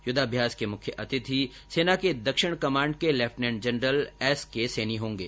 युद्वाभ्यास के मुख्य अतिथि सेना की दक्षिणी कमांड के lieutenant general S K Saini होंगे